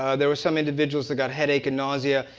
ah there were some individuals that got headache and nausea.